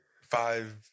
five